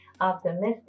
optimistic